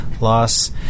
loss